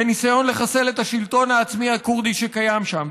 בניסיון לחסל את השלטון העצמי הכורדי שקיים שם.